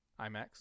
IMAX